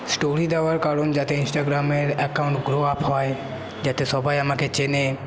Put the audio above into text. story দেওয়ার কারণ যাতে ইন্সটাগ্রামের অ্যাকাউন্ট গ্রো আপ হয় যাতে সবাই আমাকে চেনে